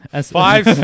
Five